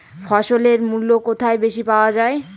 ফসলের মূল্য কোথায় বেশি পাওয়া যায়?